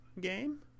game